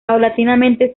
paulatinamente